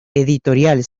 editorial